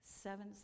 Seven